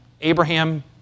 Abraham